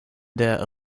der